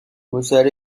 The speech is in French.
mozart